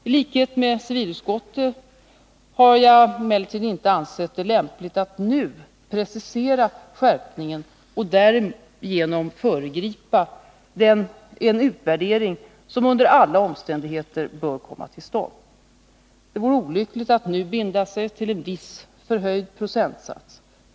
I likhet med civilutskottet har jag emellertid inte ansett det lämpligt att nu precisera skärpningen och därigenom föregripa en utvärdering som under alla omständigheter bör göras. Det vore olyckligt att nu binda sig till en viss förhöjd procentsats.